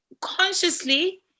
consciously